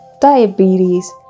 diabetes